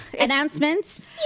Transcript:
Announcements